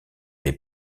les